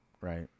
right